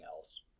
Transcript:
else